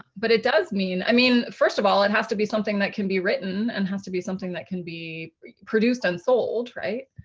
but it does mean. i mean first of all, it has to be something that can be written and it has to be something that can be produced and sold. right?